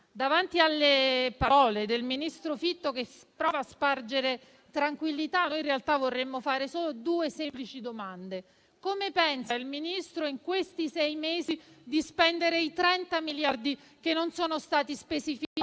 Davanti alle parole del ministro Fitto, che prova a spargere tranquillità, in realtà vorremmo fare solo due semplici domande: come pensa il Ministro, in questi sei mesi, di spendere i 30 miliardi di euro che non sono stati spesi